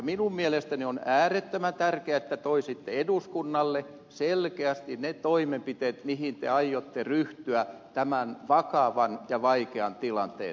minun mielestäni on äärettömän tärkeää että toisitte eduskunnalle selkeästi ne toimenpiteet mihin te aiotte ryhtyä tämän vakavan ja vaikean tilanteen takia